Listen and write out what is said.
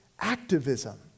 activism